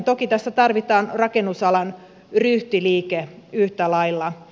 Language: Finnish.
toki tässä tarvitaan rakennusalan ryhtiliike yhtä lailla